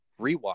rewatch